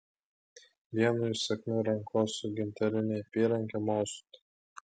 vienu įsakmiu rankos su gintarine apyranke mostu